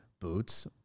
boots